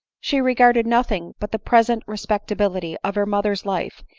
she regarded nothing but the present respectability of her mother's life,